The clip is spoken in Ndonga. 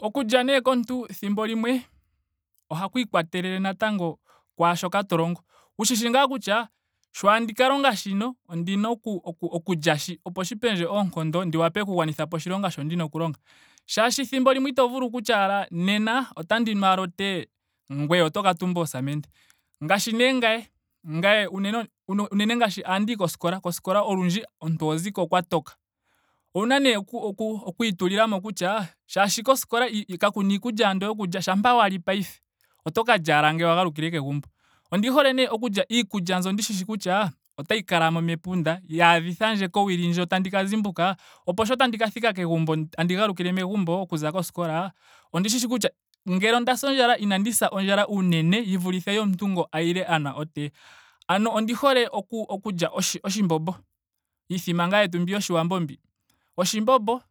Okulya nee komuntu ethimbo limwe ohaku ikwatelele natango kwaashoka to longo. wu shishi ngaa kutya sho tandi ka longa shino ondina oku- okulya shi opo shi pendje oonkondo ndi wape oku gwanithapo oshilonga sho ndina oku longa shaashi ethimbo limwe ito vulu okutya ashike nena otandi nu ashike o tea. ngoye otoka tumba oosamende. Ngaashi nee ngame. ngame unene unene ngaashi ohandiyi koskola. koskola olundji omuntu oho zi ko kwa toka. owuna nee okwiiitulilamo kutya shaashi koskola kakuna iikulya andola yokulya. shampa wa li paife oto ka lya ashike ngele wa galukile kegumbo. Ondi hole nee okulya iikulya mbyono ndi shihi kutya otayi kala mo mepunda yaadhithandje kowili ndjo tandi ka zimbuka. opo sho tandi ka thika kegumbo. tandi galukile megumbo okuza koskola ondishishi kutya ngele onda sa ondjala. inandi sa ondjala uunene yi vulithe yomuntu ngu a yile a nwa o tea. Ano ondi hole okulya oshi oshimbombo. Iithima ngee yetu mbi yoshiwambo mbi. Oshimbombo.